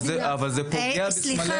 אבל זה פוגע בסמלי המדינה.